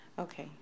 Okay